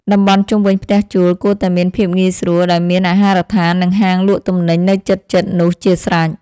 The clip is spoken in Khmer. តំបន់ជុំវិញផ្ទះជួលគួរតែមានភាពងាយស្រួលដោយមានអាហារដ្ឋាននិងហាងលក់ទំនិញនៅជិតៗនោះជាស្រេច។